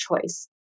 choice